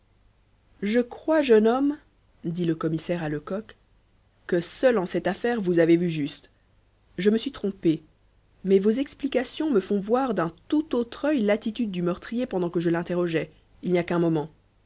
je crois jeune homme dit le commissaire à lecoq que seul en cette affaire vous avez vu juste je me suis trompé mais vos explications me font voir d'un tout autre œil l'attitude du meurtrier pendant que je l'interrogeais il n'y a qu'un moment